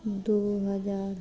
दो हजार